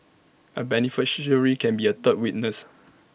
A beneficiary can be A third witness